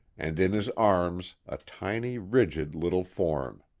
and in his arms a tiny, rigid little form.